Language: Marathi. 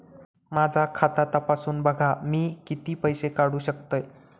माझा खाता तपासून बघा मी किती पैशे काढू शकतय?